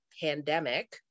pandemic